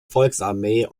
volksarmee